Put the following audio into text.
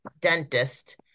Dentist